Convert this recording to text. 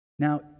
Now